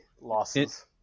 losses